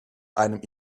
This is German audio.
einem